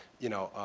you know,